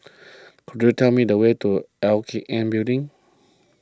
could you tell me the way to L K N Building